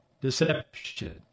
Deception